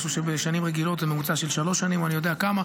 משהו שבשנים רגילות זה ממוצע של שלוש שנים או אני לא יודע כמה,